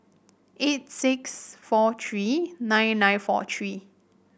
eight six four three nine nine four three